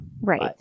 Right